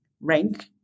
rank